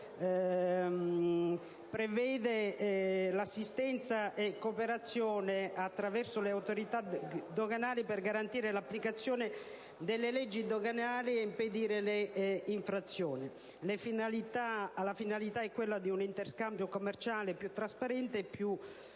prevede assistenza e cooperazione attraverso le autorità doganali per garantire l'applicazione delle leggi doganali ed impedire le infrazioni. La finalità è quella di un interscambio commerciale più trasparente e più